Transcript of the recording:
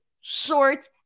short